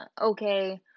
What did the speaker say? okay